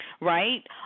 right